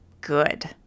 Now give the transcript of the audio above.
good